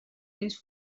fins